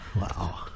wow